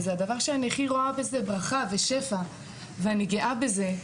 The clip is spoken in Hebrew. והזה הדבר שאני הכי רואה בזה ברכה ושפע ואני גאה בזה.